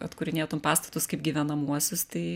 atkūrinėtum pastatus kaip gyvenamuosius tai